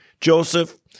Joseph